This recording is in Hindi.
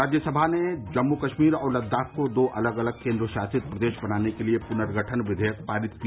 राज्यसभा ने जम्मू कश्मीर और लद्दाख को दो अलग अलग केन्द्र शासित प्रदेश बनाने के लिए पुनर्गठन विघेयक पारित किया